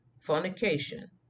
fornication